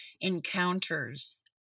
encounters